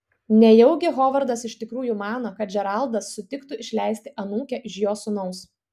nejaugi hovardas iš tikrųjų mano kad džeraldas sutiktų išleisti anūkę už jo sūnaus